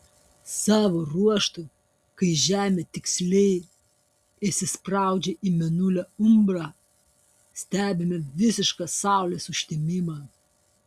savo ruožtu kai žemė tiksliai įsispraudžia į mėnulio umbrą stebime visišką saulės užtemimą